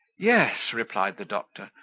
yes, replied the doctor,